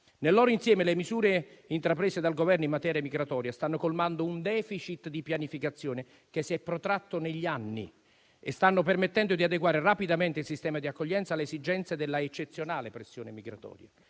Nel loro insieme, le misure intraprese dal Governo in materia migratoria stanno colmando un *deficit* di pianificazione che si è protratto negli anni e stanno permettendo di adeguare rapidamente il sistema di accoglienza alle esigenze della eccezionale pressione migratoria.